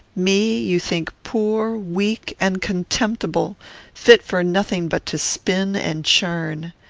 me you think poor, weak, and contemptible fit for nothing but to spin and churn.